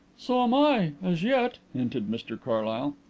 so am i as yet, hinted mr carlyle.